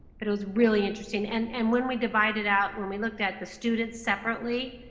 but it was really interesting. and and when we divide it out, when we looked at the students separately,